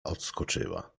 odskoczyła